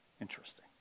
Interesting